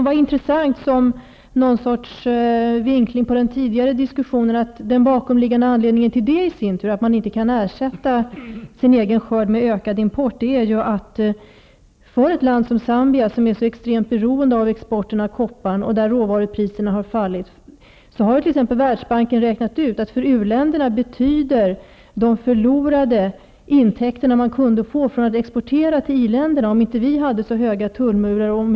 Med tanke på den tidigare diskussionen kan det vara intressant att konsta tera att anledningen till att man inte kan ersätta sin egen skörd genom import är denna: För ett u-land som Zambia som är så extremt beroende av export av koppar, för vilken råvarupriserna har fallit, har Världsbanken räknat ut att de förlorade intäkterna vid utebliven export till i-länderna uppgår till 100 milj. dollar per år.